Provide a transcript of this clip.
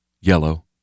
Yellow